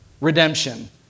Redemption